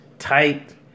tight